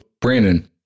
Brandon